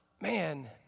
man